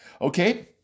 Okay